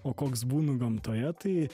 o koks būnu gamtoje tai